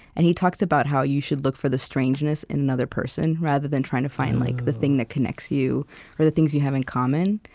and he talks about how you should look for the strangeness in another person, rather than trying to find like the thing that connects you or the things you have in common.